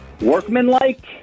workmanlike